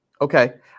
Okay